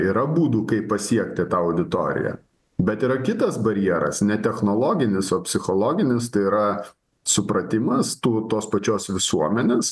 yra būdų kaip pasiekti tą auditoriją bet yra kitas barjeras ne technologinis o psichologinis tai yra supratimas tų tos pačios visuomenės